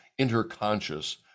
interconscious